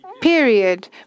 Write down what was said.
period